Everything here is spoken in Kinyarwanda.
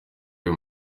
ayo